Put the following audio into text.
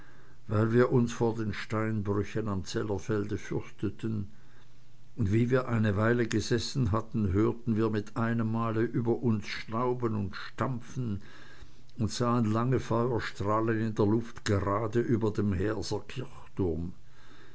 weil wir uns vor den steinbrüchen am zellerfelde fürchteten und wie wir eine weile gesessen hatten hörten wir mit einem male über uns schnauben und stampfen und sahen lange feuerstrahlen in der luft gerade über dem heerser kirchturm